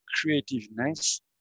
creativeness